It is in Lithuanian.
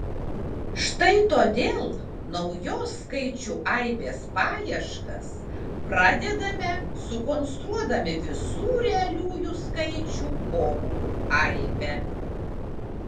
štai todėl naujos skaičių aibės paieškas pradedame sukonstruodami visų realiųjų skaičių porų aibę